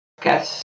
guess